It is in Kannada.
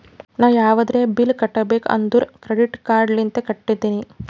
ನಾ ಯಾವದ್ರೆ ಬಿಲ್ ಕಟ್ಟಬೇಕ್ ಅಂದುರ್ ಕ್ರೆಡಿಟ್ ಕಾರ್ಡ್ ಲಿಂತೆ ಕಟ್ಟತ್ತಿನಿ